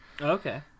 Okay